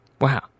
Wow